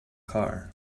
car